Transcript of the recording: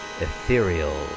ethereal